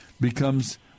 becomes